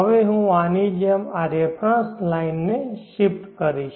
હવે હું આની જેમ આ રેફરન્સ લાઈનને શીફ્ટ કરીશ